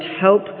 help